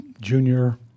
junior